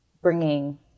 bringing